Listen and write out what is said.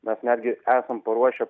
mes netgi esam paruošę